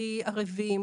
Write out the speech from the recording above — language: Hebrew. בלי ערבים,